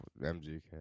MGK